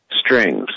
strings